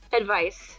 advice